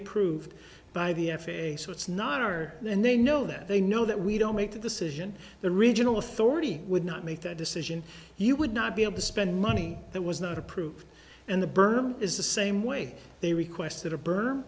approved by the f a a so it's not our and they know that they know that we don't make the decision the regional authority would not make that decision you would not be able to spend money that was not approved and the berm is the same way they requested a b